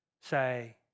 say